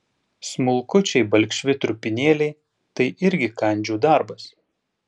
smulkučiai balkšvi trupinėliai tai irgi kandžių darbas